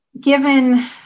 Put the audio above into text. given